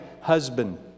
husband